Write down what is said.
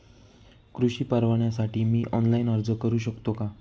कृषी परवान्यासाठी मी ऑनलाइन अर्ज करू शकतो का?